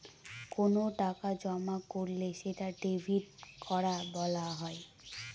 কোনো টাকা জমা করলে সেটা ডেবিট করা বলা হয়